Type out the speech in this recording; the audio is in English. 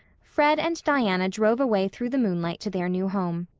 fred and diana drove away through the moonlight to their new home,